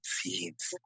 seeds